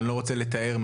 אני לא רוצה לתאר,